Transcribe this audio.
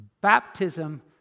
Baptism